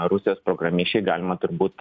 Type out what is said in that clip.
rusijos programišiai galima turbūt